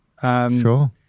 Sure